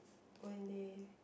when they